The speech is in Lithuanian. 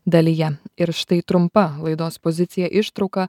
dalyje ir štai trumpa laidos pozicija ištrauka